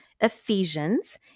Ephesians